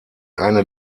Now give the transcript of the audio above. eine